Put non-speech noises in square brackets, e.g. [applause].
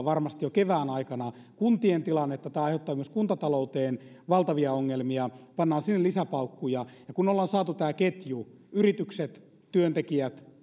[unintelligible] varmasti jo kevään aikana kuntien tilannetta tämä aiheuttaa myös kuntatalouteen valtavia ongelmia pannaan sinne lisäpaukkuja kun ollaan saatu tämä ketju yritykset työntekijät [unintelligible]